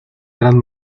gran